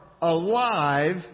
alive